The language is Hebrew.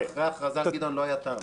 איתן, אחרי ההכרזה על גדעון לא היה טעם.